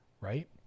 right